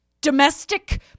Domestic